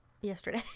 yesterday